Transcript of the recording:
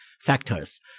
factors